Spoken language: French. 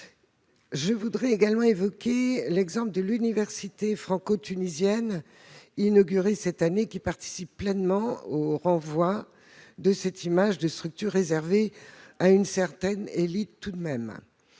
Je voudrais évoquer l'exemple de l'université franco-tunisienne inaugurée cette année. Elle participe pleinement à cette image de structures réservées à une certaine élite. Comment